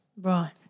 Right